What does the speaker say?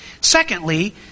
Secondly